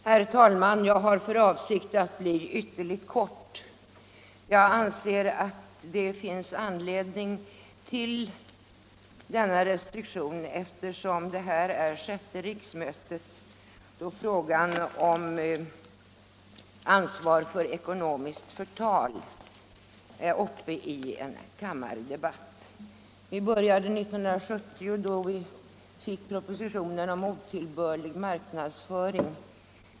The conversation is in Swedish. Herr talman! Jag har för avsikt att fatta mig ytterligt kort, och jag anser att det finns anledning till denna restriktion. Detta är nämligen det sjätte riksmötet då frågan om ansvar för ekonomiskt förtal är föremål för en kammardebatt. Vi började 1970, då vi fick motioner till propositionen om otillbörlig marknadsföring.